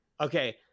Okay